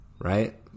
right